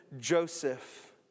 Joseph